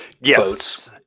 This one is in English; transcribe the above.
Yes